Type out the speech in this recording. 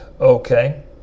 Okay